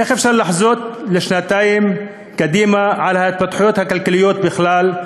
איך אפשר לחזות שנתיים קדימה את ההתפתחויות הכלכליות בכלל,